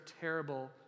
terrible